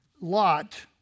Lot